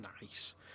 Nice